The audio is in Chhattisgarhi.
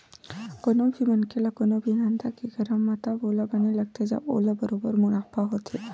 कोनो भी मनखे ल कोनो भी धंधा के करब म तब ओला बने लगथे जब ओला बरोबर मुनाफा होथे